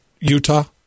Utah